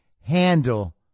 handle